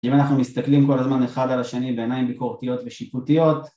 אם אנחנו מסתכלים כל הזמן אחד על השני בעיניים ביקורתיות ושיפוטיות